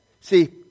See